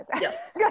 Yes